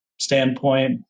standpoint